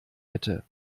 hätte